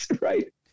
Right